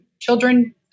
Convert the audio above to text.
children